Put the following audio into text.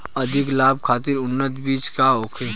अधिक लाभ खातिर उन्नत बीज का होखे?